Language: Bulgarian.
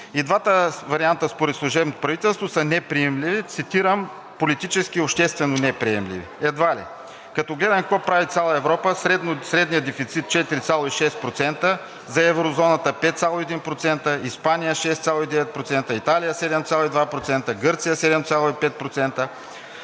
И двата варианта според служебното правителство са неприемливи, цитирам: „Политически и обществено неприемливи“. Едва ли?! Като гледам какво прави цяла Европа – средния дефицит – 4,6%; за Еврозоната – 5,1%; Испания – 6,9%; Италия – 7,2%; Гърция – 7,5%.